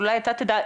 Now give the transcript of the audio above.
אבל אולי אתה תדע,